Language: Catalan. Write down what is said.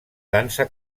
dansa